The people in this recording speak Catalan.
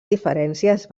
diferències